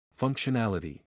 Functionality